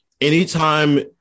anytime